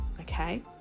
okay